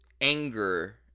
anger